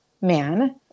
man